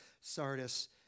Sardis